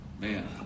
man